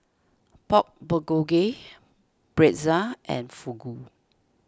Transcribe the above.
Pork Bulgogi Pretzel and Fugu